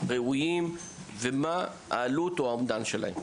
ראויים ומה העלות או האומדן שלהם.